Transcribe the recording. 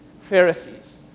Pharisees